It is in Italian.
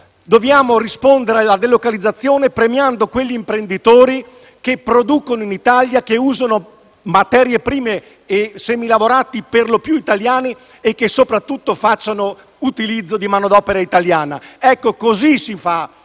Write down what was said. Dobbiamo rispondere alla delocalizzazione premiando quegli imprenditori che producono in Italia, che usano materie prime e semilavorati per lo più italiani e che, soprattutto, facciano utilizzo di manodopera italiana. Così si fa